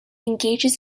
engages